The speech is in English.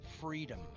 freedom